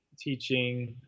teaching